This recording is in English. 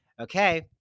Okay